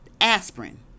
Aspirin